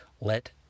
let